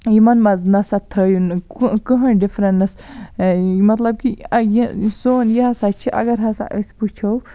یِمَن مَنٛز نَسا تھٲیو نہٕ کٕہٕنۍ ڈِفرَنس مَطلَب کہِ سون یہِ ہَسا چھِ اگر ہَسا أسۍ وٕچھو